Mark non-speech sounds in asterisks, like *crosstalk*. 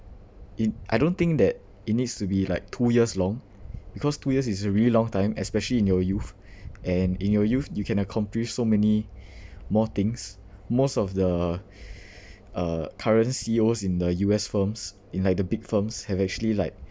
in I don't think that it needs to be like two years long because two years is a really long time especially in your youth *breath* and in your youth you can accomplish so many *breath* more things most of the *breath* uh current C_E_Os in the U_S firms in like the big firms have actually like